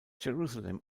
jerusalem